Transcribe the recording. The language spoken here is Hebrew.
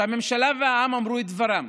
שהממשלה והעם אמרו את דברם: